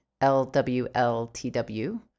L-W-L-T-W